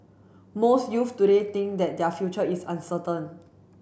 most youth today think that their future is uncertain